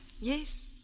Yes